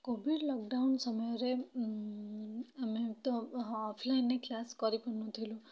Covid lockdown ସମୟରେ ଆମେ ତ ଅଫଲାଇନ୍ ରେ କ୍ଲାସ୍ କରିପାରୁନଥିଲୁ